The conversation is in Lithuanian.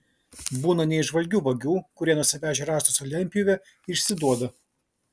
būna neįžvalgių vagių kurie nusivežę rąstus į lentpjūvę išsiduoda